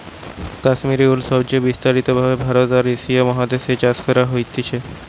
কাশ্মীর উল সবচে বিস্তারিত ভাবে ভারতে আর এশিয়া মহাদেশ এ চাষ করা হতিছে